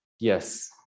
yes